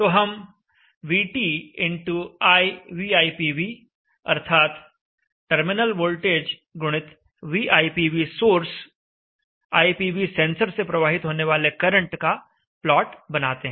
तो हम vi अर्थात टर्मिनल वोल्टेज गुणित Vipv सोर्स ipv सेंसर से प्रवाहित होने वाले करंट का प्लाट बनाते हैं